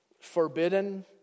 forbidden